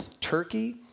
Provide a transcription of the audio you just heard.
Turkey